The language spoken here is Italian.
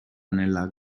nella